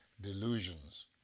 delusions